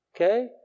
Okay